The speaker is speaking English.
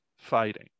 fighting